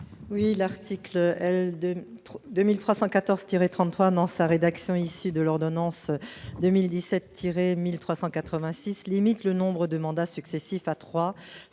Oui, l'article L. 2003 2314 tiré 33 dans sa rédaction issue de l'ordonnance 2017 tirer 1386 limite le nombre de mandats successifs à 3